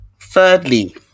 Thirdly